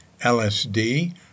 LSD